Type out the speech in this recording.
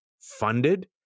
funded